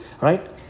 right